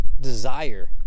desire